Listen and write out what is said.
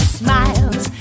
smiles